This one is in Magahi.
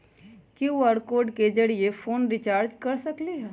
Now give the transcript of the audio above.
कियु.आर कोड के जरिय फोन रिचार्ज कर सकली ह?